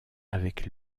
avec